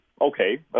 okay